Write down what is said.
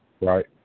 right